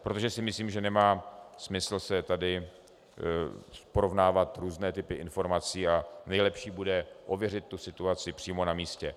Protože si myslím, že nemá smysl tady porovnávat různé typy informací a nejlepší bude ověřit situaci přímo na místě.